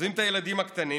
עוזבים את הילדים הקטנים,